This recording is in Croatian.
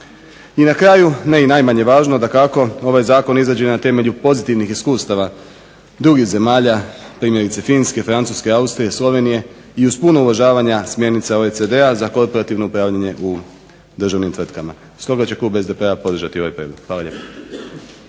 I na kraju ne i najmanje važno dakako ovaj zakon je izrađen na temelju pozitivnih iskustava drugih zemalja primjerice Finske, Austrije, Slovenije i uz puno uvažavanja smjernica OECD-a za korporativno upravljanje u državnim tvrtkama. Stoga će klub SDP-a podržati ovaj prijedlog. Hvala